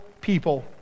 people